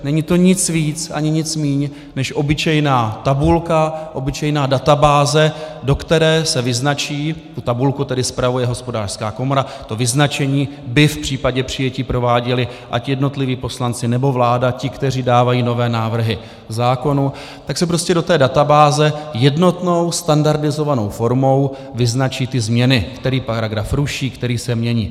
Není to nic víc ani nic méně než obyčejná tabulka, obyčejná databáze, do které se vyznačí tu tabulku tedy spravuje Hospodářská komora, to vyznačení by v případě přijetí prováděli buď jednotliví poslanci, nebo vláda, ti, kteří dávají nové návrhy zákonů tak se prostě do té databáze jednotnou standardizovanou formou vyznačí změny, který paragraf se ruší, který se mění.